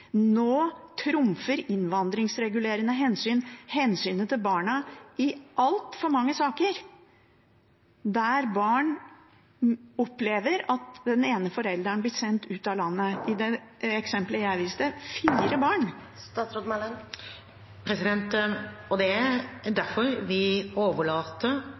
Nå trumfer innvandringsregulerende hensyn hensynet til barna i altfor mange saker der barn opplever at den ene forelderen blir sendt ut av landet – i det eksemplet jeg viste: fire barn. Det er derfor vi overlater til fagmyndighet og